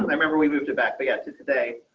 remember we moved it back to get to today,